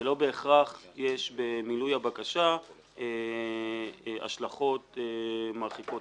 ולא בהכרח יש במילוי הבקשה השלכות מרחיקות